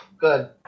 Good